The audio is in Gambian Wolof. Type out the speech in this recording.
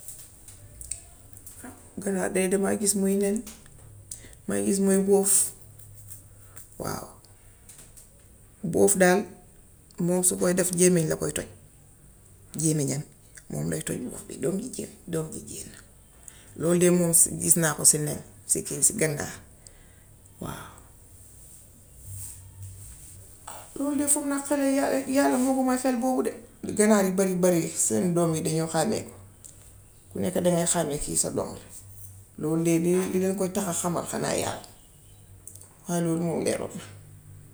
ganaar de damaa gis muy nen, may gis muy bóof, waaw. Bóof daal moom su koo def gémmiñ la koy toj, gémmiñam moom lay toj bóof bi doom ji génn doom ji génn. Lool de moom gis naa ko ci nen si kii si ginaar. Waaw. Loolu defe naa xel yal yàlla moo ko may xel boobu de. Lu ganaar yi bare bare seen doom yi dañoo xàmmeeku. Ku nekk dangay xàmmee kii sa doom. Lool dee dee dee li leen koy tax a xamal xanaa yàlla. Waaye loolu moom leeruma.